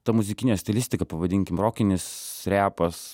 ta muzikinė stilistika pavadinkim rokinis repas